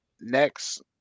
Next